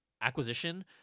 acquisition